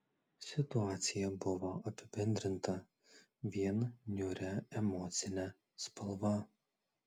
situacija buvo apibendrinta vien niūria emocine spalva